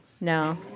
No